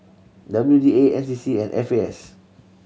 W D A N C C and F A S